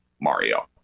Mario